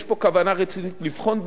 יש פה כוונה רצינית לבחון,